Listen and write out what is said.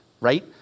right